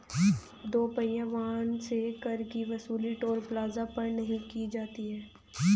दो पहिया वाहन से कर की वसूली टोल प्लाजा पर नही की जाती है